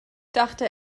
dachte